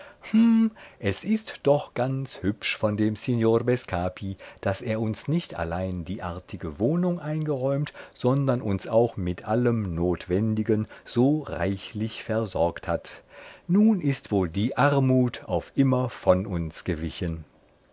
es ist doch ganz hübsch von dem signor bescapi daß er uns nicht allein die artige wohnung eingeräumt sondern uns auch mit allem not wendigen so reichlich versorgt hat nun ist wohl die armut auf immer von uns gewichen